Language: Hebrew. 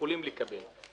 יכולים לקבל תג כזה.